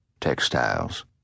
textiles